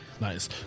Nice